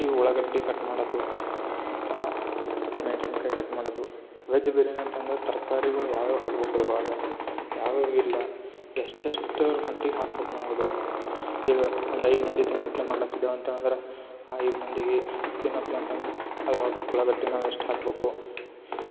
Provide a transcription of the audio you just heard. ಈ ಉಳ್ಳಾಗಡ್ಡೆ ಕಟ್ ಮಾಡೋದು ಮತ್ತು ಮೆಣಸಿನ್ಕಾಯಿ ಕಟ್ ಮಾಡೋದು ವೆಜ್ ಬಿರಿಯಾನಿ ಅಂತಂದ್ರೆ ತರಕಾರಿಗಳ್ ಯಾವ್ಯಾವ ಹಾಕ್ಬೇಕ್ ಅದ್ರೊಳಗೆ ಯಾವ್ಯಾವ ಇರ್ಲಾ ಎಷ್ಟೆಷ್ಟರ ಮಟ್ಟಿಗೆ ಹಾಕ್ಬೇಕ್ ನಾವು ಅದು ಈಗ ಒಂದು ಐದು ಮಂದಿ ತಿನ್ನಪ್ಲೆ ಮಾಡ್ಲಾ ಹತ್ತಿದೆವು ಅಂತೇಳಂದರೆ ಐದು ಮಂದಿಗೆ ತಿನ್ನೋಪ್ಲೆ ಅಂತಂದ್ರೆ ಅದ್ರೊಳಗೆ ಉಳ್ಳಾಗಡ್ಡೆ ನಾವು ಎಷ್ಟು ಹಾಕ್ಬೇಕು